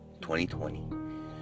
2020